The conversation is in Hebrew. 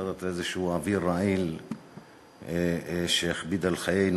שיוצרות איזשהו אוויר רעיל שיכביד על חיינו